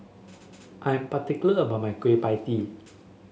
I am particular about my Kueh Pie Tee